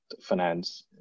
finance